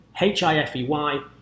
h-i-f-e-y